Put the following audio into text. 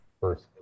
first